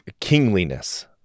kingliness